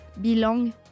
belong